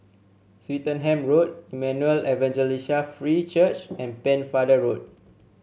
Swettenham Road Emmanuel Evangelical Free Church and Pennefather Road